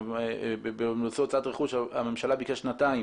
ובהוצאת רכוש הממשלה ביקשה שנתיים